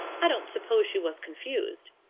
i don't suppose she was confused.